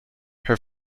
her